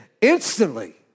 instantly